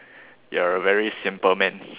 you are a very simple man